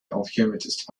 alchemist